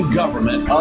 government